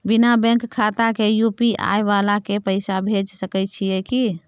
बिना बैंक खाता के यु.पी.आई वाला के पैसा भेज सकै छिए की?